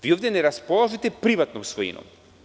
Vi ovde neraspolažete privatnom svojinom.